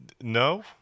no